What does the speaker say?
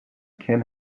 ken